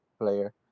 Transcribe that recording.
player